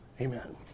Amen